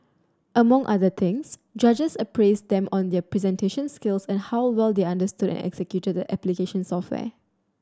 among other things judges appraised them on their presentation skills and how well they understood and executed the application software